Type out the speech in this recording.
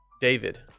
David